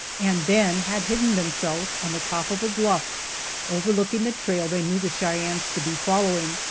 and then had hidden themselves on the top of a bluff overlooking the trail they knew the cheyennes to be following,